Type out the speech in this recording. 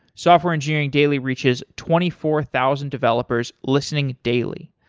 software engineering daily reaches twenty four thousand developers listening daily.